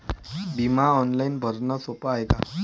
बिमा ऑनलाईन भरनं सोप हाय का?